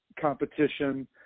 competition